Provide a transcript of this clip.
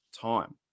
time